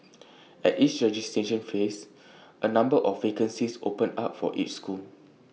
at each registration phase A number of vacancies open up for each school